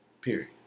Period